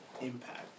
impact